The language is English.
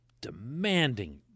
demanding